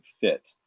fit